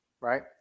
right